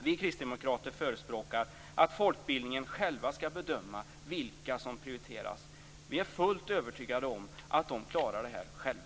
Vi kristdemokrater förespråkar att folkbildningen själv skall bedöma vilka som prioriteras. Vi är fullt övertygade om att man klarar detta själv.